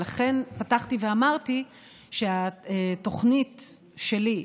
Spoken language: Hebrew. ולכן פתחתי ואמרתי שהתוכנית שלי,